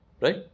right